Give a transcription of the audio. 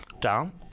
down